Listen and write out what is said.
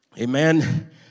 amen